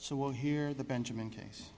so we'll hear the benjamin case